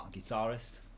guitarist